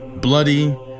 bloody